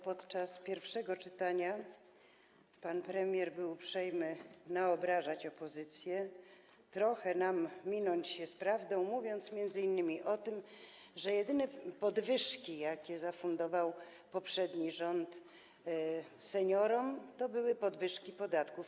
Podczas pierwszego czytania pan premier był uprzejmy naobrażać opozycję, trochę minąć się nam z prawdą, mówiąc m.in. o tym, że jedyne podwyżki, jakie zafundował poprzedni rząd seniorom, to były podwyżki podatków.